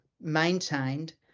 maintained